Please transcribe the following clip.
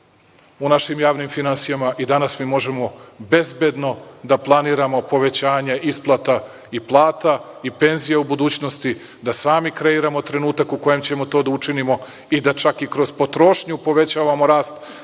u našim javnim finansijama i danas mi možemo bezbedno da planiramo povećanje isplata i plata i penzija u budućnosti, da sami kreiramo trenutak u kojem ćemo to da učinimo i da čak kroz potrošnju povećavamo rast